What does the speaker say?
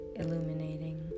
illuminating